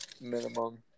minimum